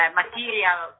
material